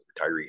retiree